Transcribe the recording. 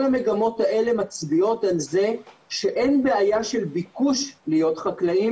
כל המגמות האלה מצביעות על זה שאין בעיה של ביקוש להיות חקלאים,